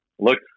looks